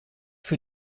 für